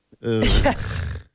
Yes